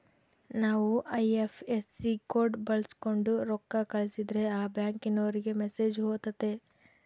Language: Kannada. ನಾವು ಐ.ಎಫ್.ಎಸ್.ಸಿ ಕೋಡ್ ಬಳಕ್ಸೋಂಡು ರೊಕ್ಕ ಕಳಸಿದ್ರೆ ಆ ಬ್ಯಾಂಕಿನೋರಿಗೆ ಮೆಸೇಜ್ ಹೊತತೆ